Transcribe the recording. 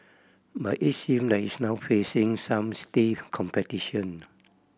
but it seem like it's now facing some stiff competition